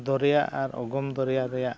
ᱫᱚᱨᱭᱟ ᱟᱨ ᱚᱜᱚᱢ ᱫᱚᱨᱭᱟ ᱨᱮᱱᱟᱜ